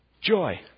Joy